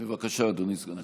בבקשה, אדוני סגן השר.